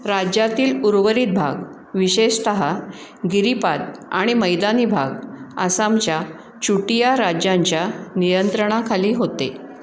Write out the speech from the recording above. राज्यातील उर्वरित भाग विशेषतः गिरीपाद आणि मैदानी भाग आसामच्या चुटिया राज्यांच्या नियंत्रणाखाली होते